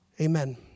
Amen